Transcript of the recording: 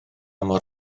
mor